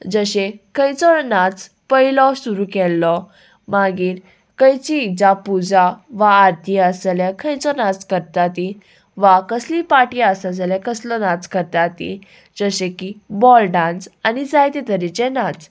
जशें खंयचो नाच पयलो सुरू केल्लो मागीर खंयची इजा पुजा वा आरती आसा जाल्यार खंयचो नाच करता ती वा कसलीय पाटी आसासा जाल्यार कसलो नाच करता तीं जशें की बॉल डांस आनी जायते तरेचे नाच